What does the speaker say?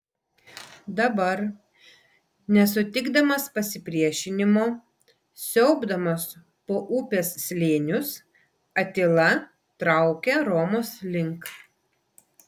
dabar nesutikdamas pasipriešinimo siaubdamas po upės slėnius atila traukia romos link